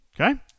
Okay